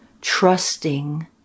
trusting